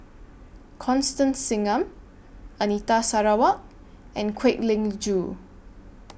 Constance Singam Anita Sarawak and Kwek Leng Joo